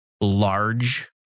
large